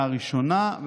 המתווה שהוא פרסם מחורר,